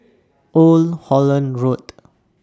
Old Holland Road